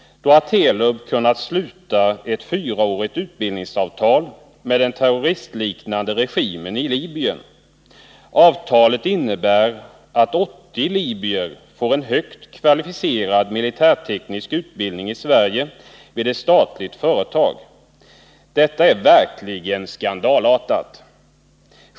Telub har kunnat sluta ett fyraårigt utbildningsavtal med den terroristliknande regimen i Libyen, ett avtal som innebär att 80 libyer får en högt kvalificerad militärteknisk utbildning i Sverige vid ett statligt företag. Detta är verkligen skandalartat.